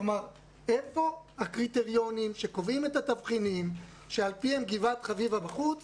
איפה הקריטריונים שקובעים את התבחינים שעל פיהם גבעת חביבה בחוץ